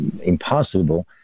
impossible